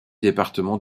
département